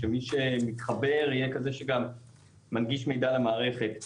שמי שמתחבר יהיה כזה שגם מנגיש מידע למערכת,